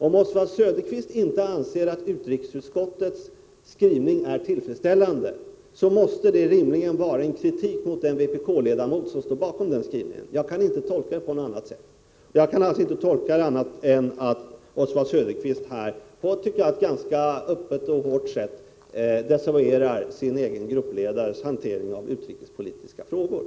Om Oswald Söderqvist inte anser att utrikesutskottets skrivning är tillfredsställande måste det rimligen innebära en kritik mot den vpk-ledamot som står bakom skrivningen. Jag kan alltså inte göra någon annan tolkning än att Oswald Söderqvist här på ett ganska öppet och hårt sätt desavouerar sin egen gruppledares hantering av utrikespolitiska frågor.